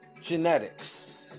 genetics